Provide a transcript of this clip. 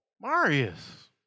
Marius